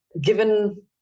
given